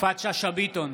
יפעת שאשא ביטון,